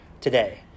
today